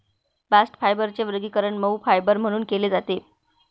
bast फायबरचे वर्गीकरण मऊ फायबर म्हणून केले जाते